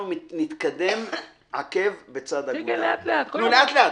אנחנו נתקדם עקב בצד אגודל, לאט לאט.